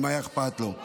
אם היה אכפת לו.